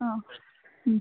ಹಾಂ